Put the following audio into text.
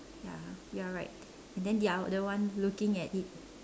ya you are right and then the other one looking at it